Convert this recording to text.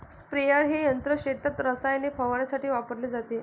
sprayer हे यंत्र शेतात रसायने फवारण्यासाठी वापरले जाते